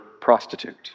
prostitute